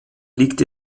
liegt